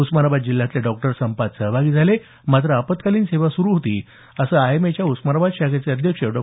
उस्मानाबाद जिल्ह्यातले डॉक्टर संपात सहभागी झाले मात्र आपत्कालीन सेवा सुरू होती असं आयएमएच्या उस्मानाबाद शाखेचे अध्यक्ष डॉ